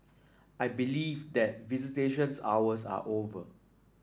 I believe that visitations hours are over